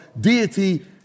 deity